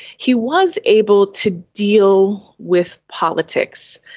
he was able to deal with politics.